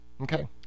Okay